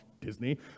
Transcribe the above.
Disney